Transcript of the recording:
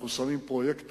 אנחנו שמים פרויקטורים,